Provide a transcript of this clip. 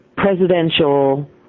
Presidential